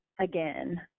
again